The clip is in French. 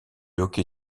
hockey